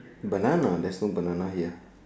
banana this one banana ya